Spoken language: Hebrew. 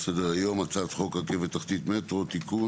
על סדר היום הצעת חוק רכבת תחתית (מטרו) (תיקון),